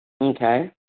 Okay